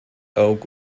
oak